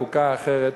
חוקה אחרת,